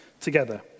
together